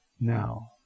now